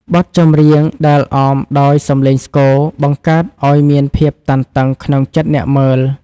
បទចម្រៀងដែលអមដោយសំឡេងស្គរ បង្កើតឱ្យមានភាពតានតឹងក្នុងចិត្តអ្នកមើល។